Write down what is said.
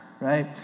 right